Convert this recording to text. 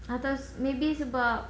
atau maybe about